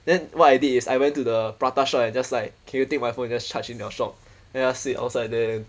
then what I did is I went to the prata shop and just like can you take my phone and just charge in your shop then just sit outside there then